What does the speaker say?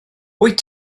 wyt